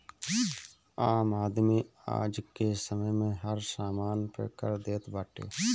आम आदमी आजके समय में हर समान पे कर देत बाटे